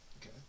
Okay